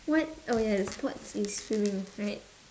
what oh ya the sports is swimming right